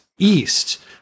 East